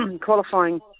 qualifying